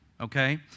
Okay